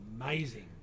amazing